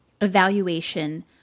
Evaluation